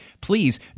please